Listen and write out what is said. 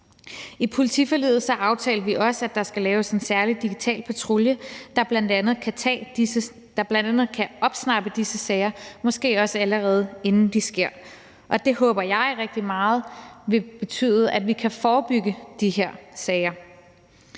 I politiforliget aftalte vi også, at der skal laves en særlig digital patrulje, der bl.a. kan opsnappe disse sager, måske også allerede inden de sker. Og det håber jeg rigtig meget vil betyde, at vi kan forebygge de her sager.